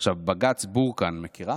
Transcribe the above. עכשיו, בג"ץ בורקאן, מכירה?